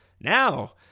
Now